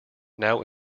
now